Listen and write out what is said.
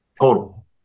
total